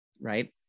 right